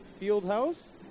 Fieldhouse